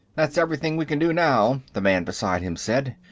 that's everything we can do now, the man beside him said.